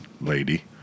lady